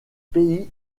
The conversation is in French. pays